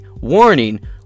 warning